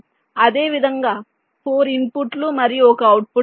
అదేవిధంగా 4 ఇన్పుట్లు మరియు 1 అవుట్పుట్ ఉన్నాయి